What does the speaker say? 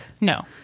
No